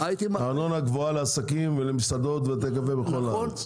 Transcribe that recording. הארנונה גבוהה לעסקים ולמסעדות ובתי קפה בכל הארץ.